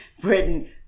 Britain